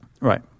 Right